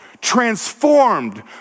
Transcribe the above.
transformed